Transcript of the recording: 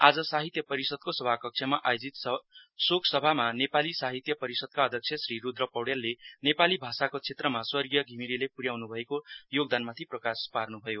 आज साहित्य परिषदको सभाकक्षमा आयोजित शोक सभामा नेपाली साहित्य परिषदका अध्यक्ष श्री रूद्र पौडयालले नेपाली भाषाको क्षेत्रमा स्वर्गीय धिमिरेले पर्याउन् भएको योगदानमाथि प्रकाश पार्न्भयो